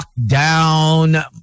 Lockdown